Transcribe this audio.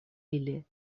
ili